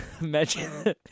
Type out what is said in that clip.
Imagine